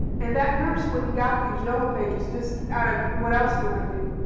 and that nurse went and got these yellow pages just out of what else do i do.